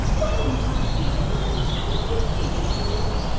what are my feelings at this conflicting moment